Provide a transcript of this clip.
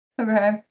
Okay